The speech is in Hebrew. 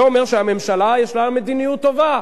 זה אומר שהממשלה, יש לה מדיניות טובה.